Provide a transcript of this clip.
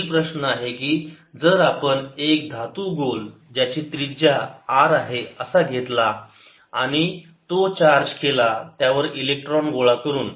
पुढील प्रश्न आहे की जर आपण एक धातू गोल त्याची त्रिज्या R आहे असा घेतला आणि तो चार्ज केला त्यावर इलेक्ट्रॉन गोळा करून